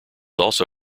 also